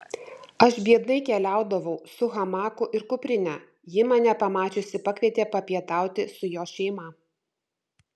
aš biednai keliaudavau su hamaku ir kuprine ji mane pamačiusi pakvietė papietauti su jos šeima